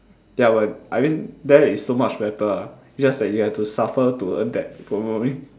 ya but I mean there is so much better ah just that you have to suffer to earn that promo only